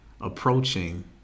approaching